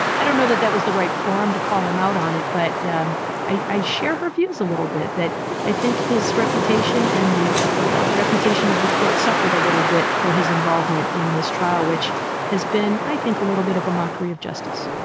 i don't know that that was the right forum to call him out on it. but um i i share her views a little bit that i think his reputation and the reputation of the court suffered a little bit for his involvement in this trial, which has been, i think, a little bit of a mockery of justice